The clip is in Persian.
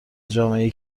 جامعهای